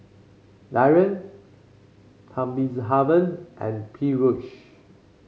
Dhyan Thamizhavel and Peyush